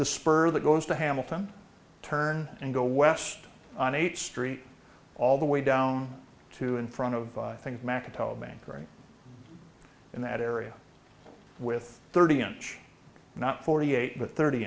the spur that goes to hamilton turn and go west on eighth street all the way down to in front of things macca told me growing in that area with thirty inch not forty eight with thirty